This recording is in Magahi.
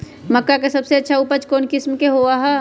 मक्का के सबसे अच्छा उपज कौन किस्म के होअ ह?